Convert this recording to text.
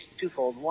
twofold